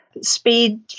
speed